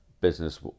business